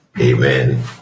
Amen